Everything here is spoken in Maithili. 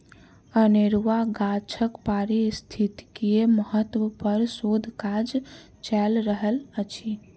अनेरुआ गाछक पारिस्थितिकीय महत्व पर शोध काज चैल रहल अछि